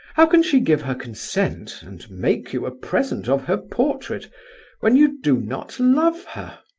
how can she give her consent and make you a present of her portrait when you do not love her?